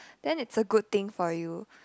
then it's a good thing for you